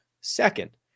second